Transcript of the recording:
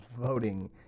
voting